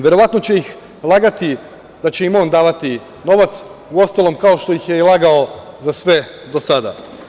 Verovatno će ih lagati da će im on davati novac u ostalom kao što ih je i lagao za sve do sada.